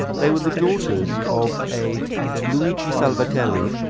they were the daughters of a luigi salvatelli,